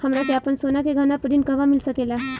हमरा के आपन सोना के गहना पर ऋण कहवा मिल सकेला?